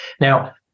Now